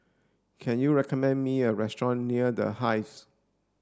can you recommend me a restaurant near The Hive